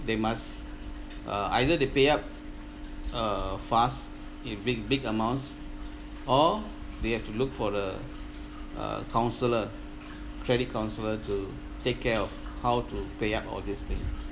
they must uh either they pay up uh fast if big big amounts or they have to look for the uh counsellor credit counsellor to take care of how to pay up all this thing